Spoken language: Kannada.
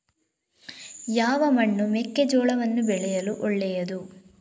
ಯಾವ ಮಣ್ಣು ಮೆಕ್ಕೆಜೋಳವನ್ನು ಬೆಳೆಯಲು ಒಳ್ಳೆಯದು?